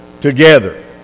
together